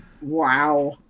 wow